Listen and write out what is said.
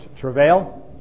travail